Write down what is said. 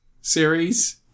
series